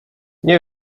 nie